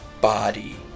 body